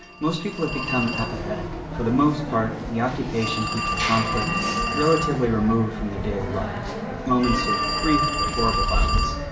most people have become apathetic, and for the most part the occupation keeps the conflict relatively removed from their daily lives, with moments of brief but horrible violence.